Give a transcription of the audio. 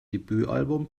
debütalbum